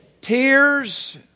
tears